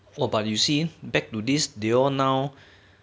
what about you see back to this they all now